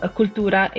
cultura